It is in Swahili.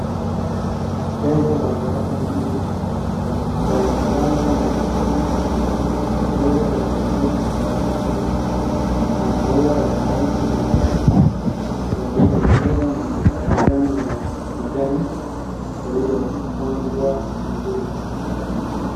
Jengo la ghorofa mbili yenye mlango na madirisha mekundu, mbele ya jengo kuna miti na maua ya rangi ya waridi pamoja na majani ya kijani yaliopangwa vizuri.